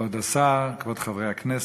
כבוד השר, כבוד חברי הכנסת,